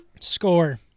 score